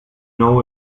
know